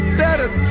better